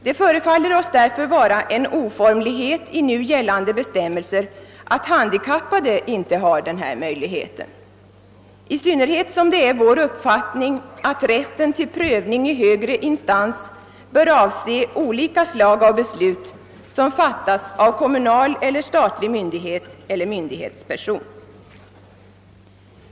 Det förefaller oss därför vara en oformlighet i nu gällande bestämmelser att de handikappade inte har denna möjlighet, i synnerhet som det är vår uppfattning att rätten till prövning i högre instans bör avse olika slag av beslut som fattas av kommunal eller statlig myndighet eller myndighetsperson.